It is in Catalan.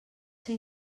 ser